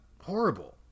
horrible